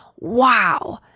wow